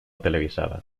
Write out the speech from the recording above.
televisada